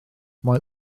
mae